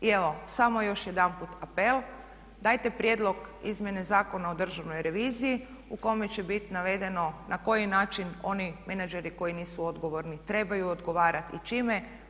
I evo samo još jedanput apel dajte prijedlog izmjene Zakona o Državnoj reviziji u kojem će biti navedeno na koji način oni menadžeri koji nisu odgovorni trebaju odgovarati i čime.